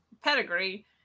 Pedigree